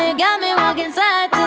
ah got me walkin' side